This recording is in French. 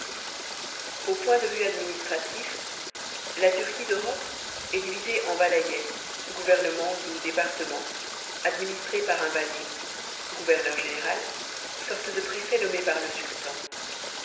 au point de vue administratif la turquie d'europe est divisée en vilayets gouvernements ou départements administrés par un vali gouverneur général sorte de préfet nommé par le sultan